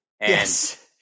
Yes